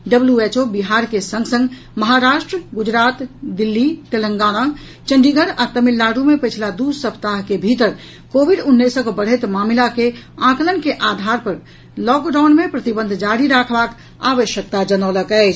WHO Bihar के संग संग महाराष्ट्र गुजरात दिल्ली तेलंगाना चंडीगढ़ आ तमिलनाडु मे पछिला दू सप्ताह के भीतर कोविड उन्नैसक बढ़ैत मामिला के आंकलन के आधार पर लॉकडाउन मे प्रतिबंध जारी रखबाक आवश्यकता जनौलक अछि